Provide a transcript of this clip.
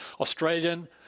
Australian